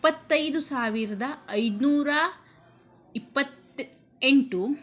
ಇಪ್ಪತ್ತೈದು ಸಾವಿರದ ಐದುನೂರ ಇಪ್ಪತ್ತ ಎಂಟು